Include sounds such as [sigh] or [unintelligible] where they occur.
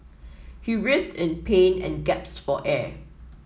he writhed in pain and [unintelligible] for air